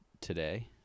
today